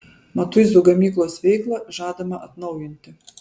matuizų gamyklos veiklą žadama atnaujinti